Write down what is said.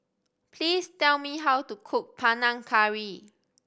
please tell me how to cook Panang Curry